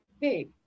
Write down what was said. hey